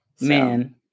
Man